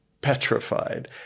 petrified